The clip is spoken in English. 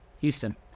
Houston